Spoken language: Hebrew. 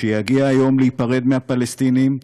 כשיגיע היום להיפרד מהפלסטינים,